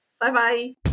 Bye-bye